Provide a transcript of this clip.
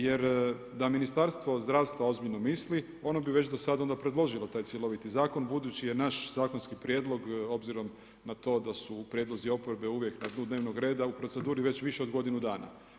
Jer da Ministarstvo zdravstva ozbiljno misli ono bi već do sada predložilo taj cjeloviti zakon budući je naš zakonski prijedlog obzirom na to da su prijedlozi oporbe uvijek na dnu dnevnog reda u proceduri već više od godinu dana.